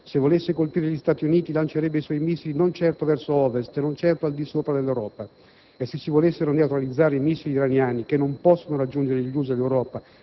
se volesse colpire gli Stati Uniti, lancerebbe i suoi missili non certo verso ovest e al di sopra dell'Europa. E se si volessero neutralizzare i missili iraniani, che non possono raggiungere gli USA e l'Europa,